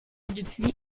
depuis